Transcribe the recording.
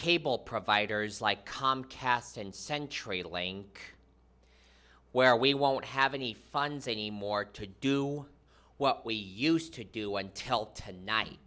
cable providers like comcast and century laying where we won't have any funds anymore to do what we used to do until tonight